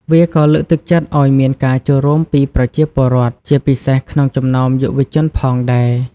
វាក៏លើកទឹកចិត្តឱ្យមានការចូលរួមពីប្រជាពលរដ្ឋ ជាពិសេសក្នុងចំណោមយុវជនផងដែរ។